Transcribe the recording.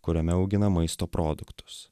kuriame augina maisto produktus